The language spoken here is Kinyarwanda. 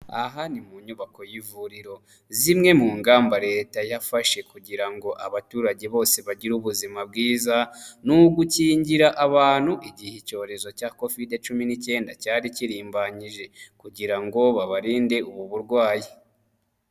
Aha ni mu nyubako y'ivuriro, zimwe mu ngamba leta yafashe kugirango abaturage bose bagire ubuzima bwiza ni ugukingira abantu igihe icyorezo cya kovide cumi n'icyenda cyari kirimbanyije, kugirango babarinde ubu burwayi.